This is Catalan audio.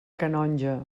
canonja